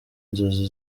inzozi